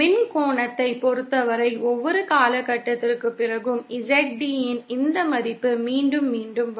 மின் கோணத்தைப் பொறுத்தவரை ஒவ்வொரு காலகட்டத்திற்குப் பிறகும் ZD இன் இந்த மதிப்பு மீண்டும் மீண்டும் வரும்